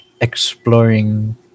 exploring